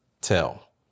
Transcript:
tell